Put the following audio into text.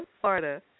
Florida